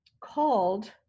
called